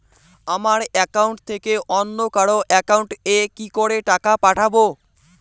আমার একাউন্ট থেকে অন্য কারো একাউন্ট এ কি করে টাকা পাঠাবো?